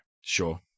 Sure